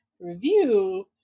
review